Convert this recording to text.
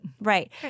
Right